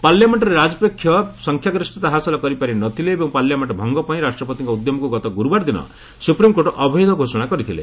ପାର୍ଲାମେଷ୍ଟ୍ରେ ରାଜପକ୍ଷ ସଂଖ୍ୟାଗରିଷ୍ଠତା ହାସଲ କରିପାରି ନଥିଲେ ଏବଂ ପାର୍ଲାମେଣ୍ଟ ଭଙ୍ଗ ପାଇଁ ରାଷ୍ଟ୍ରପତିଙ୍କ ଉଦ୍ୟମକୁ ଗତ ଗୁରୁବାର ଦିନ ସୁପ୍ରିମକୋର୍ଟ ଅବୈଧ ଘୋଷଣା କରିଥିଲେ